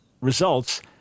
results